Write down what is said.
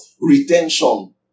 Retention